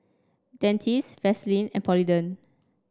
Dentiste Vaselin and Polident